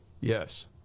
Yes